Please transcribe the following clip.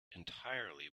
entirely